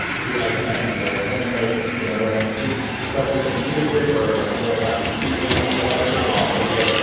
who i connected with. and like, you know, when especially with, like, music or, like, going out to see things, or whatever, like, i could be like,